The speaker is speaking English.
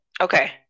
Okay